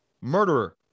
murderer